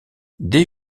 des